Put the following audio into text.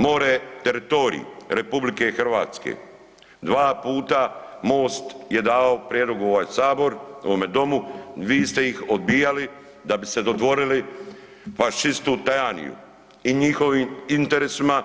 More je teritorij RH, dva puta MOST je davao prijedlog u ovaj sabor, ovome domu, vi ste ih odbijali da bi se dodvorili fašistu Tajaniju i njihovim interesima,